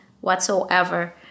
whatsoever